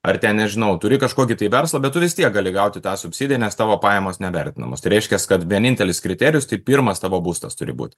ar ten nežinau turi kažkokį tai verslą bet tu vis tiek gali gauti tą subsidiją nes tavo pajamos nevertinamos tai reiškias kad vienintelis kriterijus tai pirmas tavo būstas turi būti